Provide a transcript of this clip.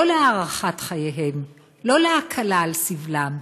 לא להארכת חייהם, לא להקלה על סבלם,